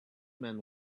men